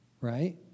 right